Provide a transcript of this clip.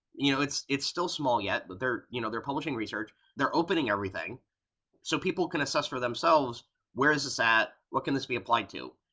you know it's it's still small yet, but they're you know they're publishing research. they're opening everything so people can assess for themselves where is this at, what can this be applied to,